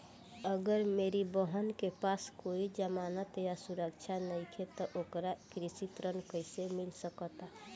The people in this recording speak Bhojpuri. अगर मेरी बहन के पास कोई जमानत या सुरक्षा नईखे त ओकरा कृषि ऋण कईसे मिल सकता?